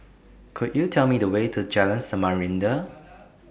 Could YOU Tell Me The Way to Jalan Samarinda